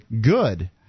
Good